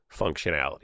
functionality